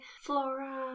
Flora